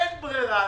אין ברירה.